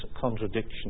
contradiction